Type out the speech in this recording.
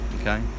Okay